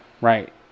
Right